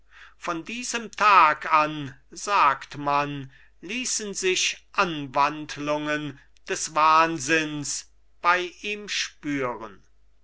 von diesem tag an sagt man ließen sich anwandlungen des wahnsinns bei ihm spüren